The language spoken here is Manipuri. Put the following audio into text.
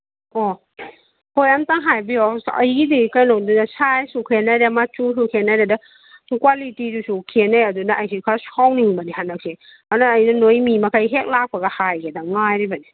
ꯑꯣ ꯍꯣꯏ ꯑꯝꯇ ꯍꯥꯏꯕꯤꯌꯣ ꯑꯁ ꯑꯩꯒꯤꯗꯤ ꯀꯩꯗꯧꯗꯣꯏꯅꯣ ꯁꯥꯏꯖꯁꯨ ꯈꯦꯠꯇꯅꯔꯦ ꯃꯥꯆꯨꯁꯨ ꯈꯦꯠꯅꯔꯦꯗ ꯀ꯭ꯋꯥꯂꯤꯇꯤꯗꯨꯁꯨ ꯈꯦꯠꯅꯔꯦ ꯑꯗꯨꯅ ꯈꯔ ꯁꯥꯎꯅꯤꯡꯕꯅꯦ ꯍꯟꯗꯛꯁꯦ ꯑꯗꯨꯅ ꯑꯩꯅ ꯅꯣꯏ ꯃꯤ ꯃꯈꯩ ꯍꯦꯛ ꯂꯥꯛꯄꯒ ꯍꯥꯏꯒꯦꯅ ꯉꯥꯏꯔꯤꯕꯅꯦ